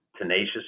tenacious